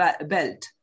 belt